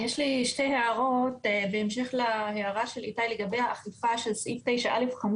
יש לי שתי הערות בהמשך להערה של איתי לגבי האכיפה של סעיף 9(א)(5),